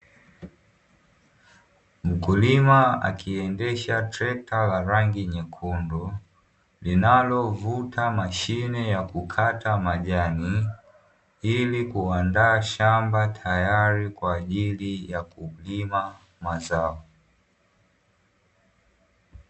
Mkulima akiendesha trekta la rangi nyekundu, linalovuta mashine ya kukata majani, ili kuandaa shamba tayari kwa ajili ya kulima mazao.